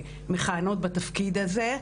וכמכהנות בתפקיד הזה,